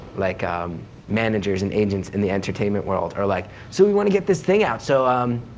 like um managers and agents in the entertainment world, are like so, we want to get this thing out so, ah,